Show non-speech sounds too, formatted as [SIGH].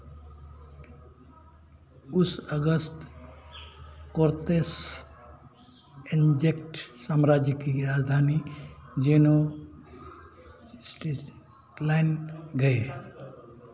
उस अगस्त कोर्तेस एन्जेक्ट साम्राज्य की राजधानी जेनो [UNINTELLIGIBLE] गए